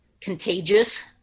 contagious